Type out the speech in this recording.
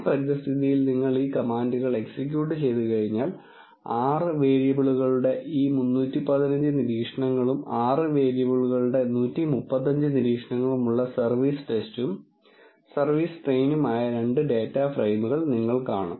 R പരിതസ്ഥിതിയിൽ നിങ്ങൾ ഈ കമാൻഡുകൾ എക്സിക്യൂട്ട് ചെയ്തുകഴിഞ്ഞാൽ 6 വേരിയബിളുകളുടെ ഈ 315 നിരീക്ഷണങ്ങളും 6 വേരിയബിളുകളുടെ 135 നിരീക്ഷണങ്ങളും ഉള്ള സർവീസ് ടെസ്റ്റും സർവീസ് ട്രെയിനും ആയ രണ്ട് ഡാറ്റ ഫ്രെയിമുകൾ നിങ്ങൾ കാണും